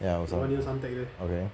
ya osaka okay